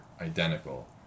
identical